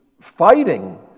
fighting